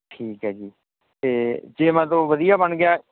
ਠੀਕ ਹੈ ਜੀ ਅਤੇ ਜੇ ਮਤਲਬ ਵਧੀਆ ਬਣ ਗਿਆ